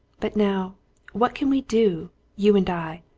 but now what can we do you and i?